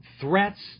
threats